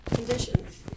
conditions